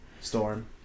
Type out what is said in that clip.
Storm